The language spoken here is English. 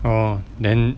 oh then